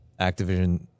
Activision